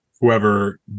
whoever